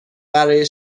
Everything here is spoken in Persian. برای